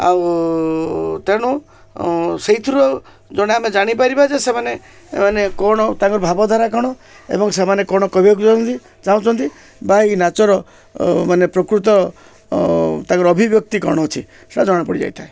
ଆଉ ତେଣୁ ସେଇଥିରୁ ଜଣେ ଆମେ ଜାଣିପାରିବା ଯେ ସେମାନେ ମାନେ କ'ଣ ତାଙ୍କର ଭାବଧାରା କ'ଣ ଏବଂ ସେମାନେ କ'ଣ କହିବାକୁ ଚାହୁଁଛନ୍ତି ବା ଏ ନାଚର ମାନେ ପ୍ରକୃତ ତାଙ୍କର ଅଭିବ୍ୟକ୍ତି କ'ଣ ଅଛି ସେଟା ଜଣା ପଡ଼ିଯାଇଥାଏ